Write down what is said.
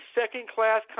second-class